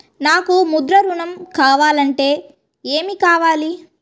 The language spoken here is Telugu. నాకు ముద్ర ఋణం కావాలంటే ఏమి కావాలి?